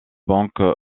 banque